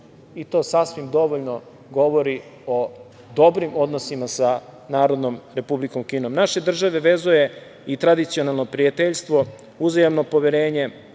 i to sasvim dovoljno govori o dobrim odnosima sa Narodnom Republikom Kinom. Naše države vezuje i tradicionalno prijateljstvo, uzajamno poverenje,